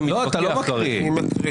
לא, אתה לא מקריא מהמסמך.